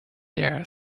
their